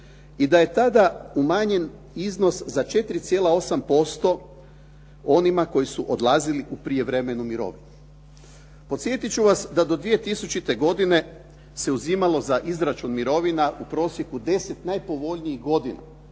i da je tada umanjen iznos za 4,8% onima koji su odlazili u prijevremenu mirovinu. Podsjetiti ću vas da do 2000. godine se uzimalo za izračun mirovina u prosjeku 10 najpovoljnijih godina,